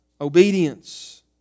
obedience